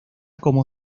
como